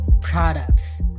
products